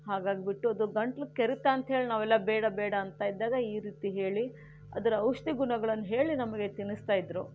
ಹಾಗಾಗಿ ಬಿಟ್ಟು ಅದು ಗಂಟಲು ಕೆರೆತ ಅಂತ ಹೇಳಿ ನಾವೆಲ್ಲ ಬೇಡ ಬೇಡ ಅಂತ ಇದ್ದಾಗ ಈ ರೀತಿ ಹೇಳಿ ಅದರ ಔಷಧಿ ಗುಣಗಳನ್ನು ಹೇಳಿ ನಮಗೆ ತಿನ್ನಿಸ್ತಾ ಇದ್ದರು